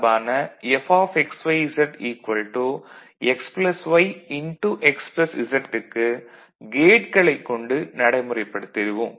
x z க்கு கேட்களைக் கொண்டு நடைமுறைப்படுத்துவோம்